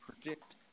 predict